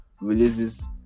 releases